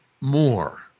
more